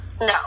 No